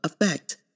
effect